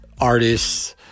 artists